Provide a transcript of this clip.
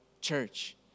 church